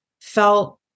felt